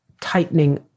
tightening